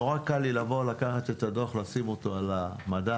נורא קל לי לקחת את הדוח ולשים אותו על המדף,